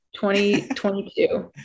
2022